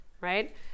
right